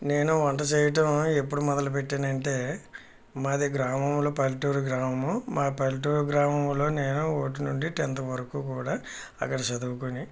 నేను వంట చేయటం ఎప్పుడు మొదలు పెట్టాను అంటే మాది గ్రామంలో పల్లెటూరు గ్రామము మా పల్లెటూరు గ్రామంలో నేను ఒకటి నుండి టెన్త్ వరకు కూడా అక్కడ చదువుకుని